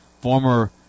former